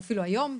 אפילו היום,